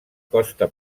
costa